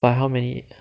by how many